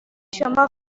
شما